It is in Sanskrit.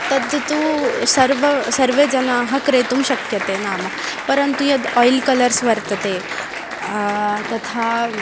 तद् तु सर्वे सर्वे जनाः क्रेतुं शक्यन्ते नाम परन्तु यद् आयिल् कलर्स् वर्तन्ते तथा